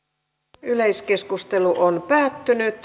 yleiskeskustelu päättyi